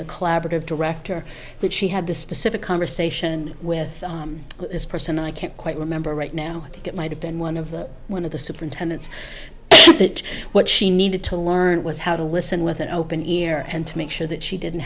the collaborative director that she had the specific conversation with this person i can't quite remember right now that might have been one of the one of the superintendents that what she needed to learn was how to listen with an open ear and to make sure that she didn't